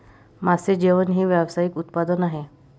मासे जेवण हे व्यावसायिक उत्पादन आहे